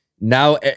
now